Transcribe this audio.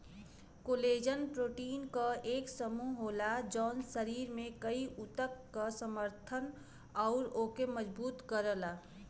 collagen protein क एक समूह होला जौन शरीर में कई ऊतक क समर्थन आउर ओके मजबूत करला